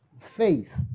faith